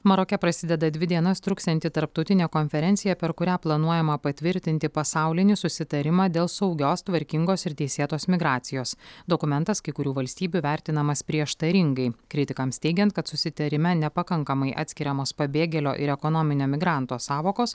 maroke prasideda dvi dienas truksianti tarptautinė konferencija per kurią planuojama patvirtinti pasaulinį susitarimą dėl saugios tvarkingos ir teisėtos migracijos dokumentas kai kurių valstybių vertinamas prieštaringai kritikams teigiant kad susitarime nepakankamai atskiriamos pabėgėlio ir ekonominio migranto sąvokos